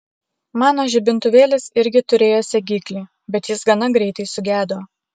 mano žibintuvėlis irgi turėjo segiklį bet jis gana greitai sugedo